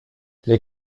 les